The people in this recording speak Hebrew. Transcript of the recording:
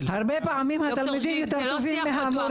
הרשימה הערבית המאוחדת): הרבה פעמים התלמידים יותר טובים מהמורים.